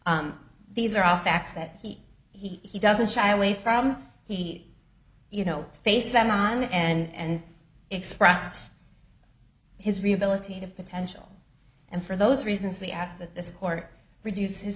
she these are all facts that he he doesn't shy away from he you know face them on and express his rehabilitative potential and for those reasons we ask that this court reduce